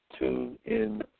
TuneIn